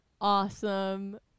awesome